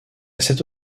cette